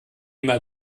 mal